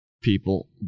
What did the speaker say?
people